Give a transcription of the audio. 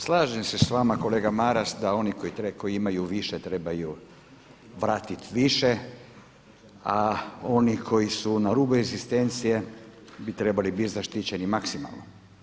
Slažem se s vama kolega Maras da oni koji imaju više trebaju vratiti više a oni koji su na rubu egzistencije bi trebali biti zaštićeni maksimalno.